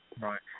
Right